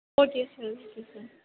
okay sir okay sir